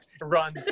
run